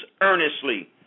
earnestly